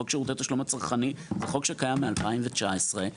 חוק שירותי תשלום הצרכני קיים מ-2019.